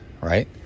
right